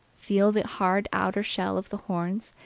feel the hard outer shell of the horns,